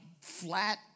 flat